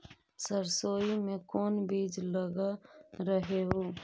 सरसोई मे कोन बीज लग रहेउ?